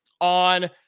on